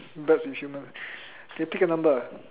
birds with human okay pick a number